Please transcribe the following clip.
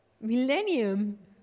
millennium